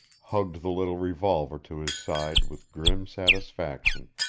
hugged the little revolver to his side with grim satisfaction.